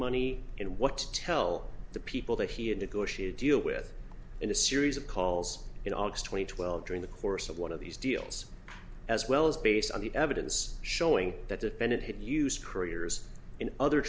money and what to tell the people that he had negotiated deal with in a series of calls in august twenty eighth well during the course of one of these deals as well as based on the evidence showing that defendant had used couriers in other